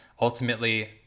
ultimately